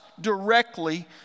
directly